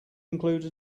include